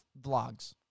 vlogs